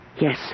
Yes